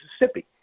Mississippi